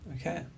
Okay